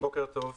בוקר טוב.